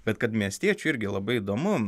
bet kad miestiečių irgi labai įdomu